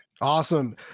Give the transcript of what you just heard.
Awesome